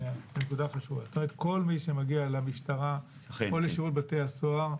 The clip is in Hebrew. כל מי שמגיע למשטרה או לשירות בתי הסוהר,